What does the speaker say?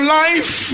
life